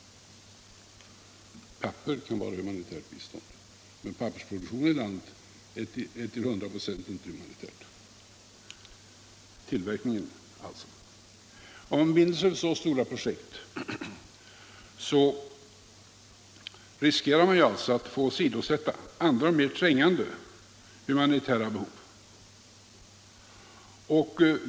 Papper kan höra till humanitärt bistånd, men pappersproduktionen är en annan sak. Papperstillverkning är inte till 100 26 av humanitär art. Om man binder sig för så stora projekt, riskerar man alltså att få åsidosätta andra mer trängande humanitära behov.